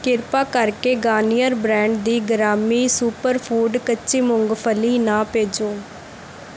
ਕਿਰਪਾ ਕਰਕੇ Garnier brand ਦੀ ਗ੍ਰਾਮੀ ਸੁਪਰ ਫੂਡ ਕੱਚੀ ਮੂੰਗਫਲੀ ਨਾ ਭੇਜੋ